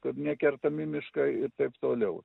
kad nekertami miškai ir taip toliau